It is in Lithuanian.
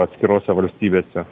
atskirose valstybėse